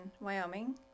Wyoming